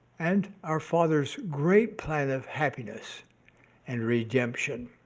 and our father's great plan of happiness and redemption.